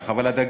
אבל לא